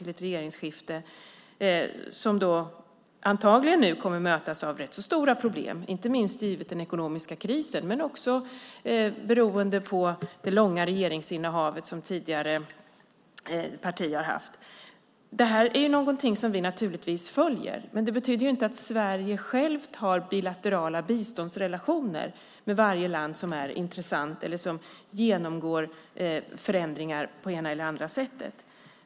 Den nya regeringen kommer antagligen nu att mötas av rätt så stora problem, inte minst givet den ekonomiska krisen men också beroende på det långa regeringsinnehavet som det tidigare partiet har haft. Det här är någonting som vi naturligtvis följer, men det betyder inte att Sverige självt har bilaterala biståndsrelationer med varje land som är intressant eller som genomgår förändringar på det ena eller andra sättet.